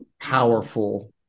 powerful